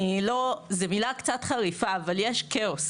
אני לא, זו מילה קצת חריפה, אבל יש כאוס.